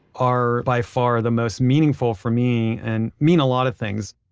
are, by far, the most meaningful for me and mean a lot of things.